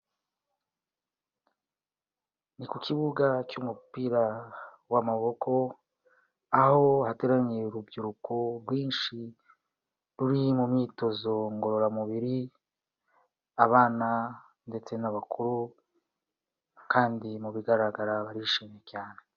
Ni ku kibuga cy'umupira w'amaboko, aho hateraniye urubyiruko rwinshi ruri mu myitozo ngororamubiri, abana ndetse n'abakuru kandi mu bigaragara barishimye cyane.